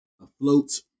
afloat